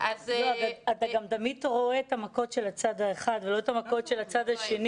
אתה גם תמיד רואה את המכות של הצד האחד ולא את המכות של הצד השני.